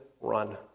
run